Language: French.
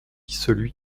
celui